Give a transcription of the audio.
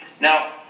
Now